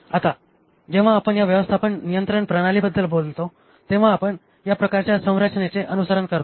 आता जेव्हा आपण या व्यवस्थापन नियंत्रण प्रणालीबद्दल बोलतो तेव्हा आपण या प्रकारच्या संरचनेचे अनुसरण करतो